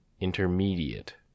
intermediate